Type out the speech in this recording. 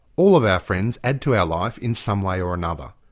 all of our friends add to our life in some way or another.